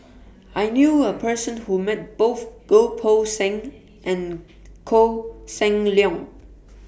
I knew A Person Who Met Both Goh Poh Seng and Koh Seng Leong